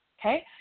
okay